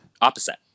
Opposite